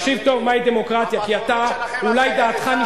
הפטרונות שלכם על חיילי צה"ל,